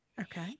Okay